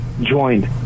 joined